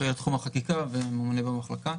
אחראי על תחום החקיקה וממונה במחלקה.